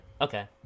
Okay